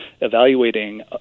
evaluating